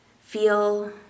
feel